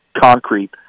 concrete